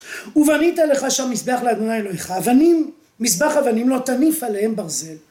ובנית לך שם מזבח לאדוני אלוהיך, אבנים, מזבח אבנים, לא תניף עליהם ברזל